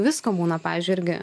visko būna pavyzdžiui irgi